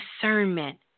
discernment